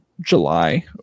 july